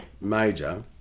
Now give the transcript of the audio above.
major